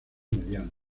mediano